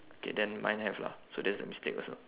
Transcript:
K then mine have lah so that's the mistake also